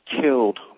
killed